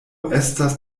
estas